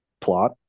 plot